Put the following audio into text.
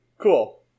cool